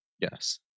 Yes